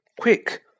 Quick